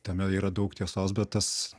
tame yra daug tiesos bet tas